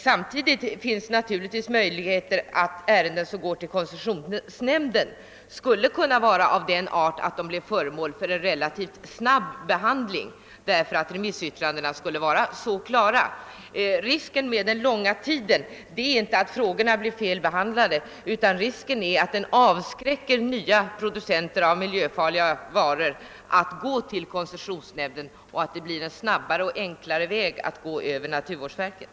Samtidigt är det naturligtvis möjligt att ärenden som behandlas av koncessionsnämnden skulle kunna vara av den art att de blir föremål för en relativt snabb behandling, därför att remissyttrandena är så klara. Risken med den långa tiden är inte att frågorna blir fel behandlade utan att den avskräcker nya producenter av miljöfarliga varor från att vända sig till koncessionsnämnden — det blir snabbare och enklare att gå till naturvårdsverket.